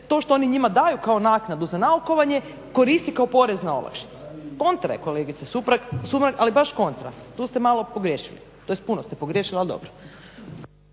ono što oni njima daju kao naknadu za naukovanje koristi kao porezna olakšica. Kontra je kolegice Sumrak, ali baš kontra, tu ste malo pogriješili, tj. puno ste pogriješili ali dobro.